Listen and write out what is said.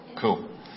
Cool